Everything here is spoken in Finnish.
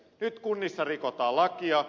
nyt kunnissa rikotaan lakia